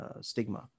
stigma